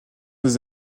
des